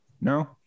no